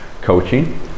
coaching